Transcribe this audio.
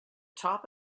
top